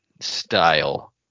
style